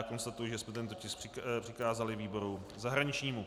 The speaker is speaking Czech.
Konstatuji, že jsme tento tisk přikázali výboru zahraničnímu.